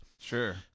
sure